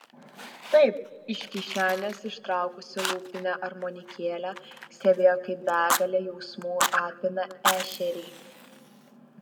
taip iš kišenės ištraukusi lūpinę armonikėlę stebėjo kaip begalė jausmų apima ešerį